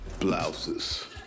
Blouses